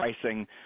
pricing